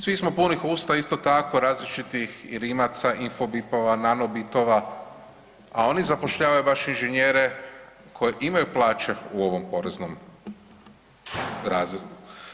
Svi smo punih usta isto tako različitih i rimaca, imfobipova, nanobitova, a oni zapošljavaju baš inženjere koji imaju plaće u ovom poreznom razredu.